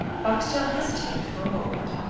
boxtel hesitated for a moment,